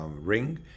ring